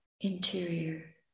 interior